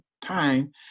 time